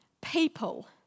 people